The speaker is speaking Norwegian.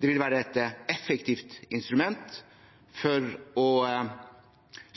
Det vil være et effektivt instrument for å